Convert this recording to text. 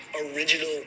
original